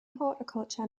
horticulture